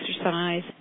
exercise